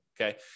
okay